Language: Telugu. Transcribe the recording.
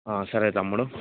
సరే తేమ్ముడు